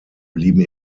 blieben